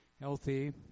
healthy